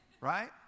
Right